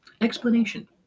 Explanation